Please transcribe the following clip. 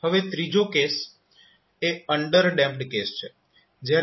હવે ત્રીજો કેસ એ અન્ડરડેમ્પડ કેસ છે